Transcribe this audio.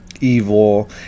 evil